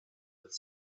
with